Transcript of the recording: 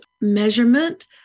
measurement